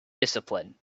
discipline